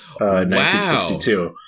1962